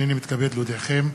הנני מתכבד להודיעכם,